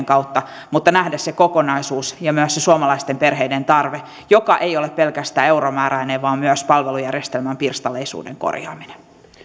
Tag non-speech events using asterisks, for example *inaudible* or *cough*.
*unintelligible* kautta mutta pitää nähdä se kokonaisuus ja myös se suomalaisten perheiden tarve joka ei ole pelkästään euromääräinen vaan myös palvelujärjestelmän pirstaleisuuden korjaaminen